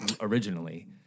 originally